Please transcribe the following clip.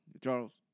Charles